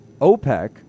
OPEC